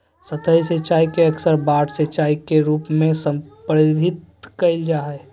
सतही सिंचाई के अक्सर बाढ़ सिंचाई के रूप में संदर्भित कइल जा हइ